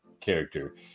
character